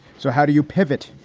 so how do you pivot?